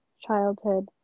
childhood